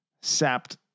sapped